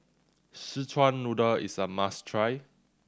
Szechuan Noodle is a must try